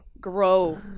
grow